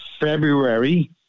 February